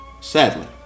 Sadly